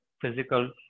physical